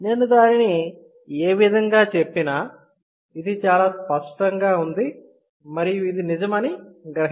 నేను దానిని ఏ విధంగా చెప్పినా ఇది చాలా స్పష్టంగా ఉంది మరియు ఇది నిజమని గ్రహించవచ్చు